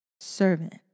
servant